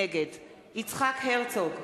נגד יצחק הרצוג,